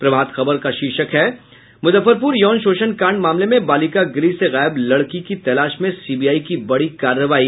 प्रभात खबर का शीर्षक है मुजफ्फरपुर यौन शोषण कांड मामले में बालिका गुह से गायब लड़की की तलाश में सीबीआई की बड़ी कार्रवाई